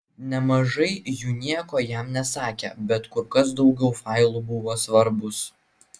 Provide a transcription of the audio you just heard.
nemažai jų nieko jam nesakė bet kur kas daugiau failų buvo svarbūs